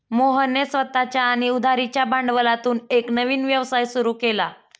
मोहनने स्वतःच्या आणि उधारीच्या भांडवलातून एक नवीन व्यवसाय सुरू केला